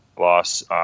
loss